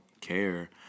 care